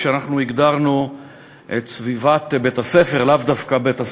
ואנחנו הגדרנו את סביבת בית-הספר,